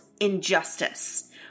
injustice